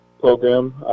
program